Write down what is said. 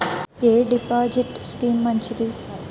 ఎ deposit scheme మంచిది?